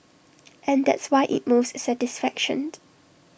and that's why IT moves satisfaction